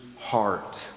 heart